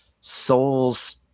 souls